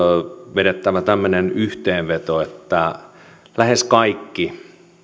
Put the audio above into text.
vedettävä tämmöinen yhteenveto että lähes kaikki